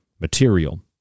material